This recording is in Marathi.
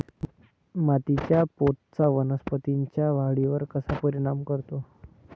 मातीच्या पोतचा वनस्पतींच्या वाढीवर कसा परिणाम करतो?